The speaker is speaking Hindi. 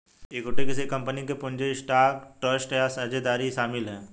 इक्विटी किसी कंपनी का पूंजी स्टॉक ट्रस्ट या साझेदारी शामिल है